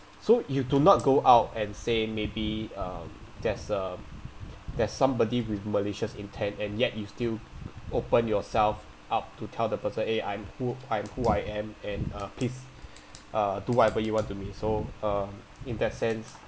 so you do not go out and say maybe um there's um there's somebody with malicious intent and yet you still open yourself up to tell the person eh I'm who I'm who I am and uh please uh do whatever you want to me so uh in that sense